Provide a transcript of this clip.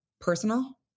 personal